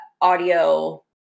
audio